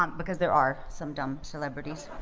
um because there are some dumb celebrities.